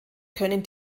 können